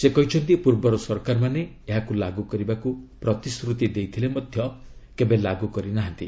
ସେ କହିଛନ୍ତି ପୂର୍ବର ସରକାରମାନେ ଏହାକୁ ଲାଗୁ କରିବାକୁ ପ୍ରତିଶ୍ରତି ଦେଇଥିଲେ ମଧ୍ୟ କେବେ ଲାଗୁ କରି ନ ଥିଲେ